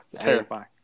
Terrifying